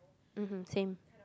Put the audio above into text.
mmhmm same